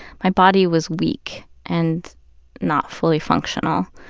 my body was weak and not fully functional.